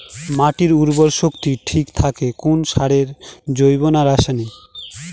মাটির উর্বর শক্তি ঠিক থাকে কোন সারে জৈব না রাসায়নিক?